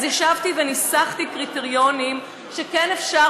אז ישבתי וניסחתי קריטריונים שכן אפשר